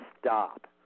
stop